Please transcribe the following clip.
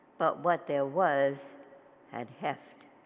but what there was had heft.